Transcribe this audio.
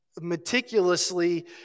meticulously